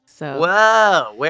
Whoa